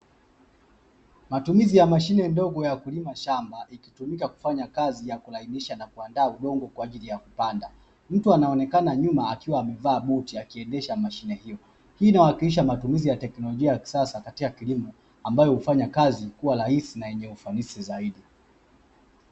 Matumizi ya mashine ndogo ya kulima shamba ikitumika kufanya kazi ya kulainisha na kuandaa udongo kwa ajili ya kupanda, mtu anaonekana nyuma akiwa amevaa buti akiendesha mashine hiyo. Inawakilisha matumizi ya teknolojia ya kisasa katika kilimo ambayo hufanya kazi kuwa rahisi na yenye ufanisi zaidi.